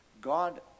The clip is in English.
God